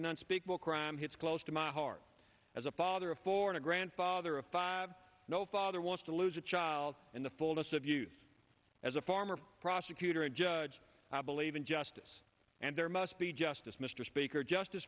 unspeakable crime hits close to my heart as a father of four and a grandfather of five no father wants to lose a child in the fullness of youth as a former prosecutor a judge i believe in justice and there must be justice mr speaker justice